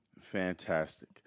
fantastic